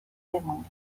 بمونی